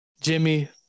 Jimmy